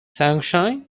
shanxi